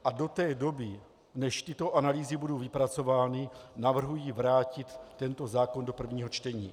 A do té doby, než tyto analýzy budou vypracovány, navrhuji vrátit tento zákon do prvního čtení.